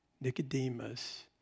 Nicodemus